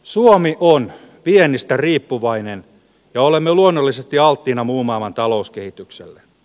suomi on viennistä riippuvainen olemme luonnollisesti alttiina muun maan talouskehitykselle